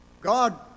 God